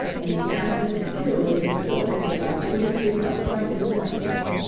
and we fasten it securely in the fork made by two or three upright little branches.